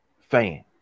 fan